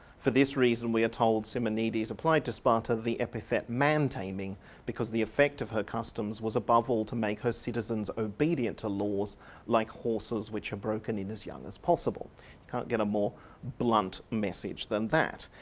for this reason we are told simonides applied to sparta the epithet man-taming because the effect of her customs was above all to make her citizens obedient to laws like horses which are broken in as young as possible. you can't get a more blunt message than that.